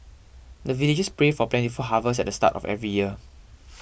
the villagers pray for plentiful harvest at the start of every year